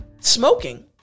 smoking